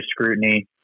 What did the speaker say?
scrutiny